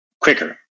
quicker